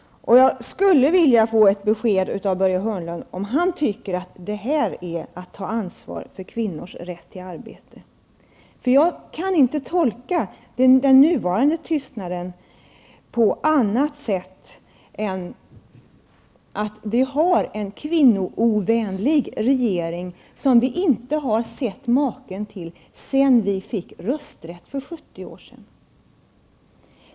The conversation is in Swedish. Jag skulle vilja ha besked av Börje Hörnlund i frågan, om han tycker att det är att ta ansvar för kvinnors rätt till arbete. Jag kan inte tolka den nuvarande tystnaden på annat sätt än så, att vi har en kvinnoovänlig regering, som vi inte har sett maken till sedan vi fick rösträtt för 70 år sedan.